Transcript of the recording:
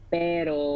pero